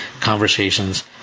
conversations